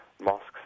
mosques